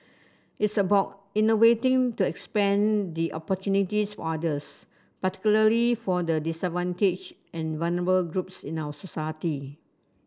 it's about innovating to expand the opportunities for others particularly for the disadvantaged and vulnerable groups in our society